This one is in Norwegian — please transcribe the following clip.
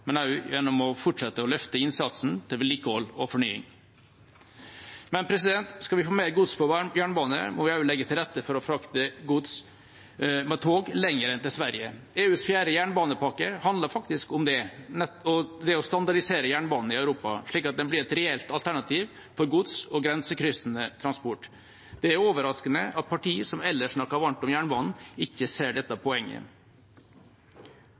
Men skal vi få mer gods på jernbane, må vi også legge til rette for å frakte gods med tog lenger enn til Sverige. EUs fjerde jernbanepakke handler faktisk om det, om å standardisere jernbanen i Europa slik at den blir et reelt alternativ for gods og grensekryssende transport. Det er overraskende at partier som ellers snakker varmt om jernbanen, ikke ser dette poenget.